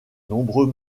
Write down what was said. nombreux